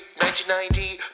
1990